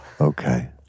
Okay